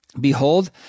Behold